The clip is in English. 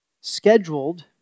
scheduled